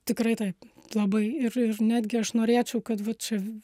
tikrai taip labai ir ir netgi aš norėčiau kad va čia